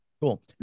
cool